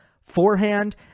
forehand